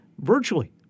virtually